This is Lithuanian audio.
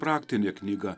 praktinė knyga